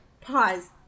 Pause